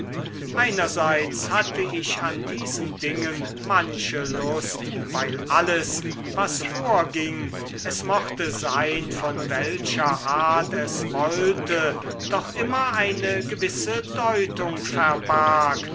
einerseits hatte ich an diesen dingen manche lust weil alles was vorging es mochte sein von welcher art es wollte doch immer eine gewisse deutung verbarg